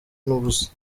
n’ubusa